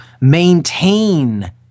maintain